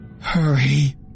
hurry